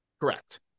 Correct